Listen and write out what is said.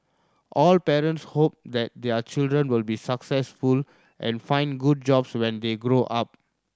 all parents hope that their children will be successful and find good jobs when they grow up